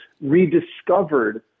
rediscovered